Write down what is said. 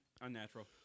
Unnatural